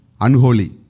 unholy